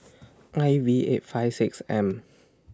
I V eight five six M